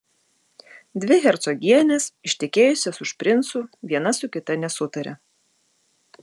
dvi hercogienės ištekėjusios už princų viena su kita nesutaria